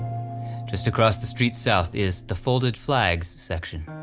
just across the street south is the folded flags section.